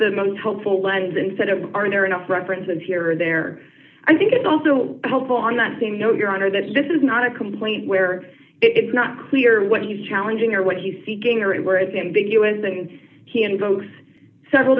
the most helpful lens instead of are there enough reference and here or there i think it's also helpful on that same note your honor that this is not a complaint where it's not clear what he's challenging or what he's seeking or it where it's ambiguous and he invokes several